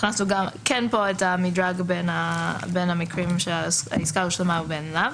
והכנסנו פה את המדרג בין המקרים כשהעסקה הושלמה ובין אם לאו.